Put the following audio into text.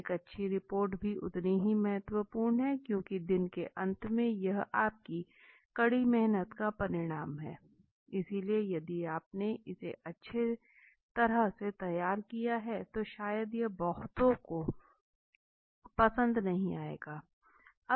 एक अच्छी रिपोर्ट भी उतनी ही महत्वपूर्ण है क्योंकि दिन के अंत में यह आपकी कड़ी मेहनत का परिणाम है इसलिए यदि आपने इसे अच्छी तरह से नहीं किया है तो शायद यह बहुतों को पसंद नहीं आएगा